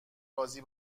راضی